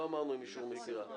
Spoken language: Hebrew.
לא אמרנו עם אישור מסירה.